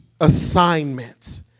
assignment